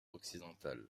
occidentale